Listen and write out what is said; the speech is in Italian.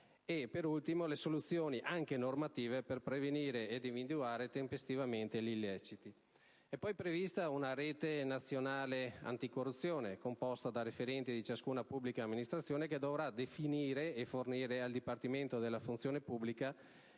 da ultimo, le soluzioni, anche normative, per prevenire ed individuare tempestivamente gli illeciti. È poi prevista una rete nazionale anticorruzione, composta da referenti di ciascuna pubblica amministrazione, che dovrà definire e fornire al Dipartimento della funzione pubblica